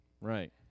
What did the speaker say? right